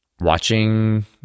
watching